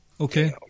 okay